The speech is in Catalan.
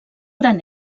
gran